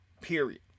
Period